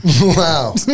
wow